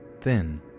thin